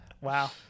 Wow